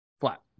flat